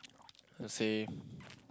her say